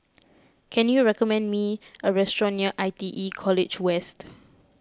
can you recommend me a restaurant near I T E College West